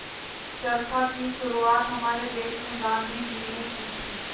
चरखा की शुरुआत हमारे देश में गांधी जी ने की थी